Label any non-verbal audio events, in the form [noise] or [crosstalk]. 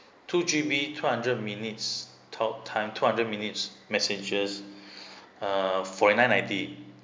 two G_B two hundred minutes talk time two hundred minutes messages [breath] uh forty nine ninety